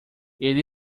ele